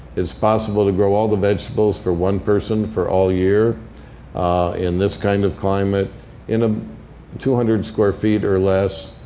it's possible to grow all the vegetables for one person for all year in this kind of climate in ah two hundred square feet or less.